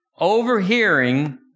Overhearing